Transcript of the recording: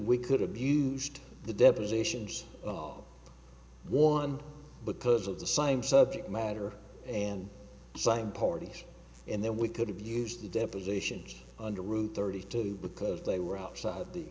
we could have used the depositions of one because of the same subject matter and same parties and then we could have used the depositions under route thirty two because they were outside